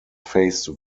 faced